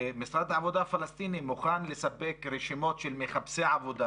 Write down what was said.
ומשרד העבודה הפלסטיני מוכן לספק רשימות של מחפשי עבודה